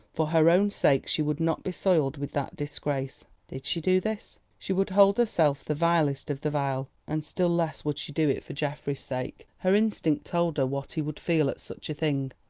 for her own sake she would not be soiled with that disgrace. did she do this, she would hold herself the vilest of the vile. and still less would she do it for geoffrey's sake. her instinct told her what he would feel at such a thing,